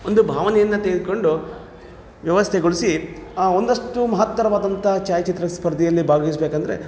ಒಂದು ಭಾವನೆಯನ್ನು ತೆಗೆದುಕೊಂಡು ವ್ಯವಸ್ಥೆಗೊಳಿಸಿ ಆ ಒಂದಷ್ಟು ಮಹತ್ತರವಾದಂಥ ಛಾಯಾಚಿತ್ರ ಸ್ಪರ್ಧೆಯಲ್ಲಿ ಭಾಗವಹಿಸ್ಬೇಕಂದ್ರೆ